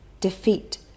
defeat